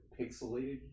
pixelated